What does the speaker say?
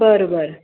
बरं बरं